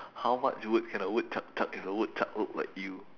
how much wood can a woodchuck chuck if a woodchuck look like you